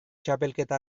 txapelketa